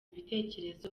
ibitekerezo